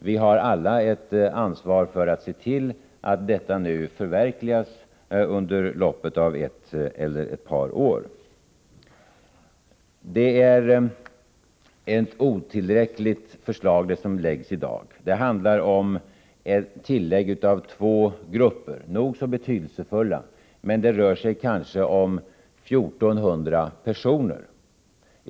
Vi har alla ett ansvar för att se till att detta nu förverkligas under loppet av ett eller ett par år. Det förslag som läggs fram i dag är ett otillräckligt förslag. Det handlar om ett tillägg av två grupper — nog så betydelsefulla — men det rör sig bara om kanske 1 400 personer.